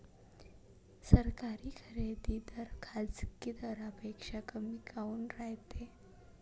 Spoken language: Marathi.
सरकारी खरेदी दर खाजगी दरापेक्षा कमी काऊन रायते?